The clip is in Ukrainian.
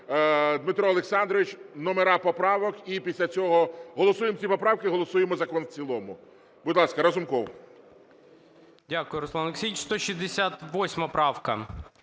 Дякую, Руслан Олексійович. 168 правка.